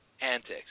antics